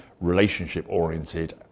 relationship-oriented